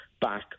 back